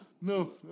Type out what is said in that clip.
No